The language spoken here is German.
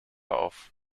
auf